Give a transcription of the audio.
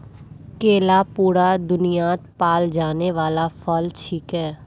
केला पूरा दुन्यात पाल जाने वाला फल छिके